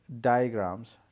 diagrams